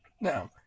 Now